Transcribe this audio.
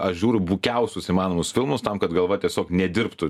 aš žiūriu bukiausius įmanomus filmus tam kad galva tiesiog nedirbtų